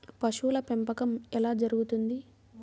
పశువుల పెంపకం ఎలా జరుగుతుంది?